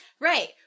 right